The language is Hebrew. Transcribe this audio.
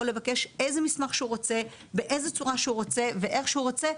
לבקש איזה מסמך שהוא רוצה ואיך שהוא רוצה,